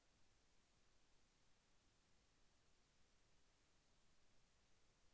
అసలు నా ఖాతా నుండి బిల్లులను కట్టుకోవటానికి అర్హుడని అవునా కాదా?